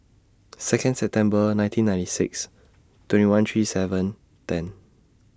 Second September nineteen ninety six twenty one three seven ten